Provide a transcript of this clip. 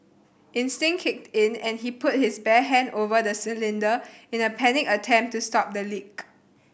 instinct kicked in and he put his bare hand over the cylinder in a panicked attempt to stop the leak